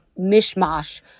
mishmash